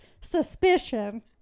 suspicion